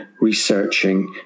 researching